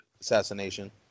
Assassination